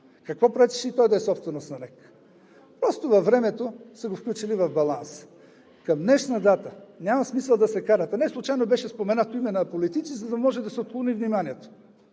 Какво пречеше и той да е собственост на НЕК? Просто във времето са го включили в баланса. Няма смисъл да се карате. Неслучайно беше споменато име на политици, за да може да се отклони вниманието.